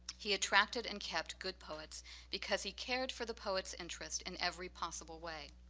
he attracted and kept good poets because he cared for the poet's interest in every possible way.